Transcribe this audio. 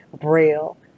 Braille